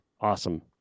awesome